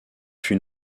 fut